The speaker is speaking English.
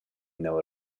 know